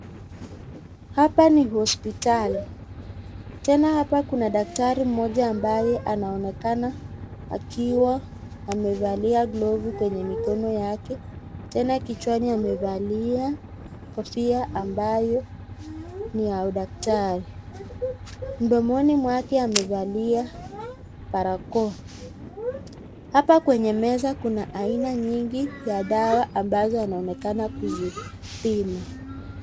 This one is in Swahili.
Hapa ni hospitalini. Kuna daktari mmoja anayeonekana akiwa amevalia glavu kwenye mikono yake, na kichwani amevalia kofia kofia ya udaktari. Mdomoni mwake amevalia barakao. Hapa kwenye meza, kuna aina nyingi za dawa ambazo anaonekana akizipima.